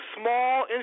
small